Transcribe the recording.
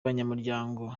banyamuryango